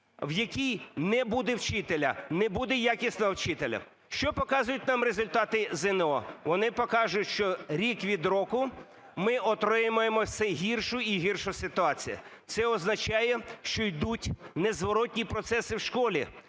в якій не буде вчителя, не буде якісного вчителя. Що показують нам результати ЗНО? Вони показують, що рік від року ми отримуємо все гіршу і гіршу ситуацію. Це означає, що йдуть незворотні процеси в школі,